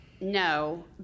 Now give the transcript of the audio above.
No